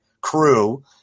crew